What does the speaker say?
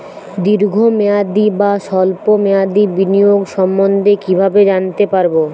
দীর্ঘ মেয়াদি বা স্বল্প মেয়াদি বিনিয়োগ সম্বন্ধে কীভাবে জানতে পারবো?